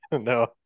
No